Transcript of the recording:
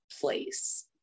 place